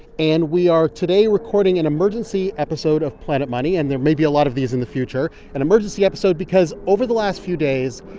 and we are today recording an emergency episode of planet money and there may be a lot of these in the future an emergency episode because over the last few days,